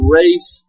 race